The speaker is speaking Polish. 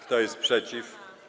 Kto jest przeciw?